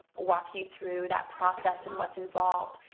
walk you through that process and what's involved.